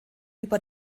über